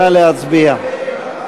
נא להצביע.